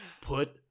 Put